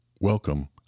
welcome